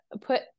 put